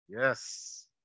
Yes